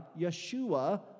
Yeshua